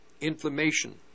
inflammation